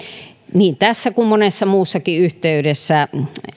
niin tässä kuin monessa muussakin yhteydessä